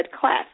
class